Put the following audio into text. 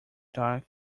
dark